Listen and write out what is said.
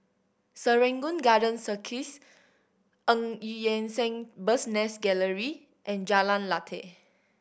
Serangoon Garden Circus Eu Yan Sang Bird's Nest Gallery and Jalan Lateh